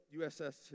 USS